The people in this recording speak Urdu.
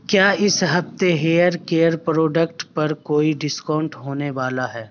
کیا اس ہفتے ہیئر کیئر پروڈکٹ پر کوئی ڈسکاؤنٹ ہونے والا ہے